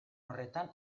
horretan